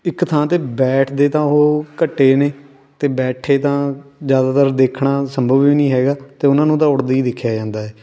ਇੱਕ ਥਾਂ 'ਤੇ ਬੈਠਦੇ ਤਾਂ ਉਹ ਘੱਟ ਨੇ ਅਤੇ ਬੈਠੇ ਤਾਂ ਜ਼ਿਆਦਾਤਰ ਦੇਖਣਾ ਸੰਭਵ ਵੀ ਨਹੀਂ ਹੈਗਾ ਅਤੇ ਉਹਨਾਂ ਨੂੰ ਤਾਂ ਉੱਡਦੇ ਹੀ ਦੇਖਿਆ ਜਾਂਦਾ